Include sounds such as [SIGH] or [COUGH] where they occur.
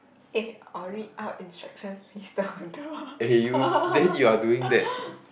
eh or read out instructions listed on table [LAUGHS]